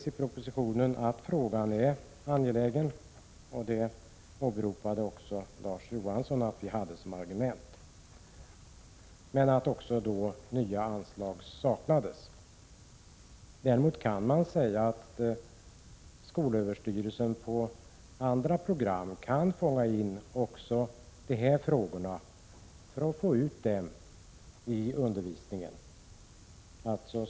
I propositionen anförs att frågan är angelägen — det åberopade också Larz Johansson att vi hade som argument — men att nya anslag saknas. Däremot kan skolöverstyrelsen i andra program fånga in också de här frågorna för att få ut dem i undervisningen.